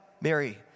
Mary